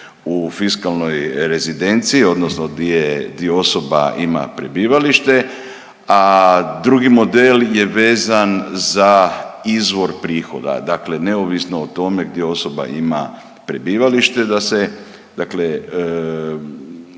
u fiskalnoj rezidenciji odnosno di osoba ima prebivalište, a drugi model je vezan za izvor prihoda, dakle neovisno o tome gdje osoba ima prebivalište da se dakle